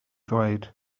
ddweud